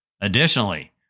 Additionally